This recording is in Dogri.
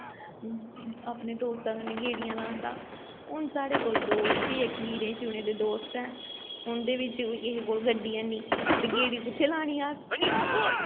अपने दोस्तें कन्नै गेड़ियां लांदा हून साढ़े कोल दोस्त गिने चुने दे दोस्त ऐ उंदे बिच्च बी किसे कोल गड्डियां ऐनी ते गेड़ी कु'त्थें लानी अस